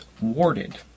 warded